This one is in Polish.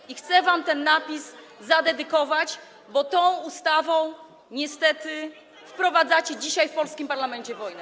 I chcę wam ten napis zadedykować, bo tą ustawą niestety wprowadzacie dzisiaj, w polskim parlamencie wojnę.